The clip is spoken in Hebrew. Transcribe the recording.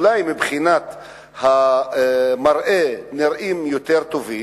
אולי מבחינת המראה הם נראים יותר טוב.